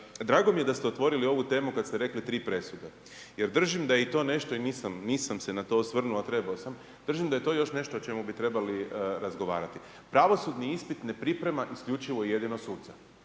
Drago mi je da ste otvorili ovu temu kada ste rekli tri presude jer držim da je i to nešto i nisam, nisam se na to osvrnuo a trebao sam, držim da je to još nešto o čemu bi trebali razgovarati. Pravosudni ispit ne priprema isključivo i jedino suca.